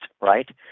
right